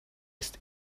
ist